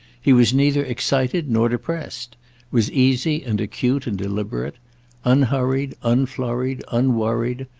he was neither excited nor depressed was easy and acute and deliberate unhurried unflurried unworried,